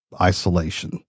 isolation